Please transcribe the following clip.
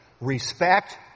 respect